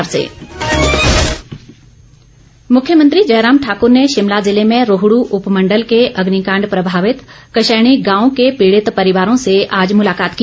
मुख्यमंत्री दौरा मुख्यमंत्री जयराम ठाक्र ने शिमला जिले में रोहड् उपमंडल के अग्निकांड प्रभावित कशैनी गांव के पीड़ित परिवारों से आज मुलाकात की